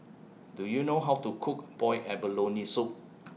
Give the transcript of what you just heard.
Do YOU know How to Cook boiled abalone Soup